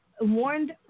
warned